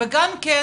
וגם כן